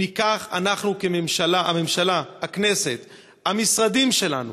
אם ניקח אנחנו, הממשלה, הכנסת, המשרדים שלנו,